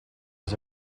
was